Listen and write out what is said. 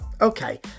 Okay